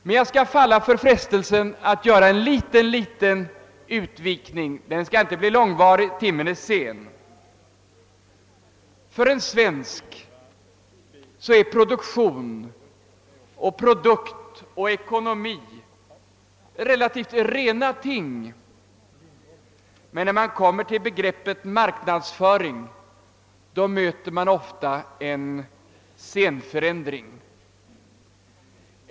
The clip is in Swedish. Men jag skall falla för frestelsen att göra en liten utvikning. Den skall inte bli långvarig, ty timmen är sen. För en svensk är produktion, produkt och ekonomi relativt rena ting, men när man kommer till begreppet marknadsföring, möter man ofta en scenförändring.